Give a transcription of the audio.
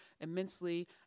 immensely